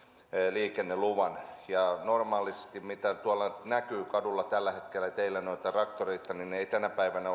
liikenneluvan normaalisti kun näkyy tuolla kaduilla ja teillä tällä hetkellä traktoreita ei tänä päivänä